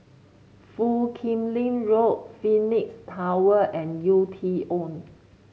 Foo Kim Lin Road Phoenix Tower and U T own